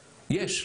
יש.